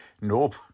Nope